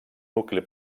nucli